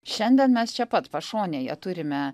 šiandien mes čia pat pašonėje turime